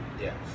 Yes